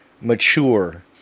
mature